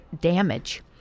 damage